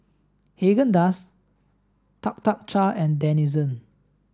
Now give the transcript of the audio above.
Haagen Dazs Tuk Tuk Cha and Denizen